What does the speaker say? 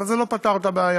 אבל זה לא פתר את הבעיה,